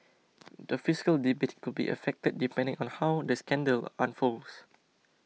the fiscal debate could be affected depending on how the scandal unfolds